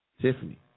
Tiffany